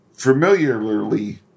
Familiarly